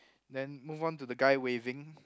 then move on to the guy waving